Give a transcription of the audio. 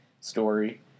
story